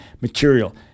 material